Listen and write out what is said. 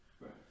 Right